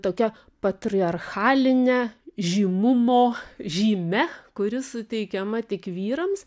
tokia patriarchaline žymumo žyme kuri suteikiama tik vyrams